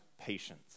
patience